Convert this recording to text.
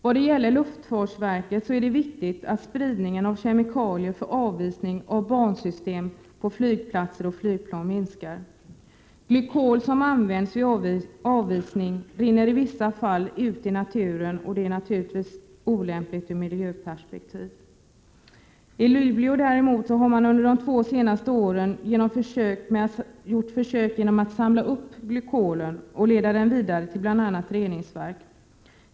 Om jag så går in på luftfartsverkets område vill jag säga att det är viktigt att spridningen av kemikalier för avisning av bansystem på flygplatser och flygplan minskar. Glykol, som använts vid avisning, rinner i vissa fall ut i naturen, och det är naturligtvis olämpligt ur miljösynpunkt. I Luleå har man de två senaste åren genomfört försök med att samla upp glykolen och leda den vidare till reningsverk.